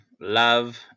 Love